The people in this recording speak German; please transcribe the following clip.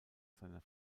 seiner